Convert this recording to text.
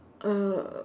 uh